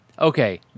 Okay